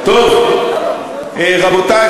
רבותי,